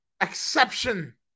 exception